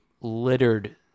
littered